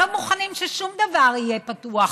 לא מוכנים ששום דבר יהיה פתוח,